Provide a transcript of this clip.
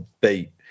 beat